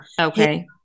Okay